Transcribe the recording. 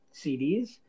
CDs